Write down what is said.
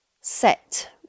set